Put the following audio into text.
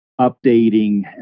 updating